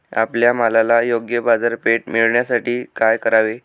आपल्या मालाला योग्य बाजारपेठ मिळण्यासाठी काय करावे?